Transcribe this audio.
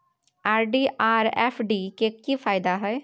RD आर FD के की फायदा हय?